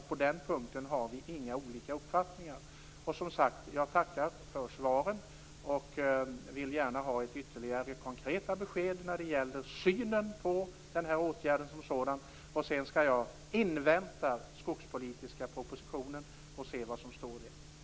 På den punkten har vi inte olika uppfattningar. Jag tackar för svaret, och jag vill gärna ha ytterligare konkreta besked när det gäller synen på den här åtgärden som sådan. Sedan skall jag invänta den skogspolitiska propositionen och se vad som står i den.